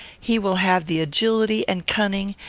he will have the agility and cunning,